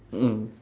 mm